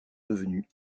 devenus